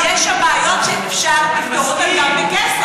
יש שם בעיות שאפשר לפתור אותן גם בכסף.